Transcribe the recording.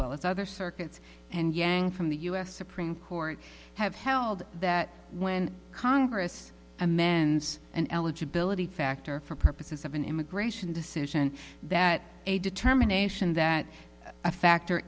well as other circuits and yang from the us supreme court have held that when congress amends and eligibility factor for purposes of an immigration decision that a determination that a factor